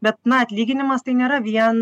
bet na atlyginimas tai nėra vien